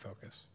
focus